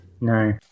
No